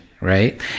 right